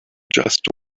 just